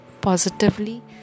positively